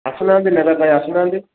ଆସୁନାହାଁନ୍ତି ନେବା ପାଇଁ ଆସୁନାହାଁନ୍ତି